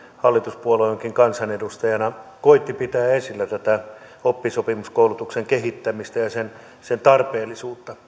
hallituspuolueenkin kansanedustajana koetti pitää esillä tätä oppisopimuskoulutuksen kehittämistä ja sen tarpeellisuutta